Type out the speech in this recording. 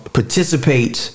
participate